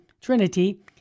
Trinity